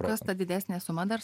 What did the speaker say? kas ta didesnė suma dar